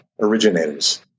originators